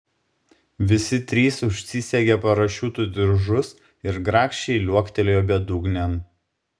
visi trys užsisegė parašiutų diržus ir grakščiai liuoktelėjo bedugnėn